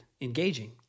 engaging